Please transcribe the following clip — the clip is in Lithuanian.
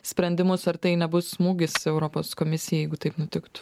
sprendimus ar tai nebus smūgis europos komisijai jeigu taip nutikt